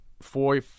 four